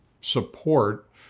support